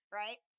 right